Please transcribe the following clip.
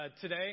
today